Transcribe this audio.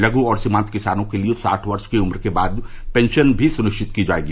लघु और सीमान्त किसानों के लिए साठ वर्ष की उम्र के बाद पेंशन भी सुनिश्चित की जाएगी